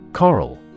Coral